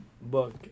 book